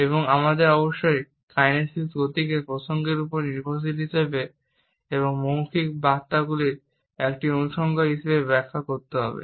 এবং আমাদের অবশ্যই কাইনেসিক গতিকে প্রসঙ্গের উপর নির্ভরশীল হিসাবে এবং মৌখিক বার্তাগুলির একটি অনুষঙ্গ হিসাবে ব্যাখ্যা করতে হবে